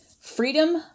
freedom